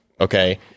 Okay